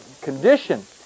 condition